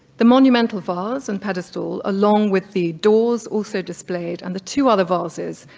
the monumental vase and pedestal, along with the doors also displayed and the two other vases,